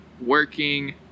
working